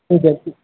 ٹھیک ہے